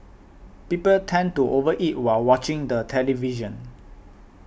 people tend to over eat while watching the television